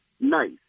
nice